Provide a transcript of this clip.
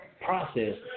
process